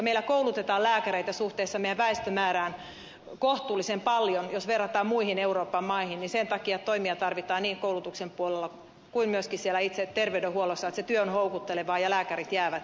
meillä koulutetaan lääkäreitä suhteessa väestömäärään kohtuullisen paljon jos verrataan muihin euroopan maihin ja sen takia toimia tarvitaan niin koulutuksen puolella kuin myöskin siellä itse terveydenhuollossa että se työ on houkuttelevaa ja lääkärit jäävät sinne